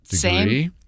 degree